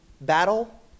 battle